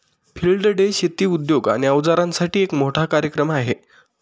field day शेती उद्योग आणि अवजारांसाठी एक मोठा कार्यक्रम आहे